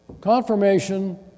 Confirmation